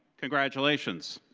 congratulations!